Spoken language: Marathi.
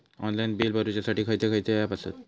ऑनलाइन बिल भरुच्यासाठी खयचे खयचे ऍप आसत?